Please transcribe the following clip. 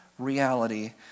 reality